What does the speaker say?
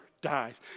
dies